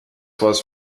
was